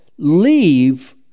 Leave